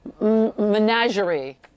menagerie